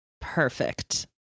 Perfect